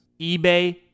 eBay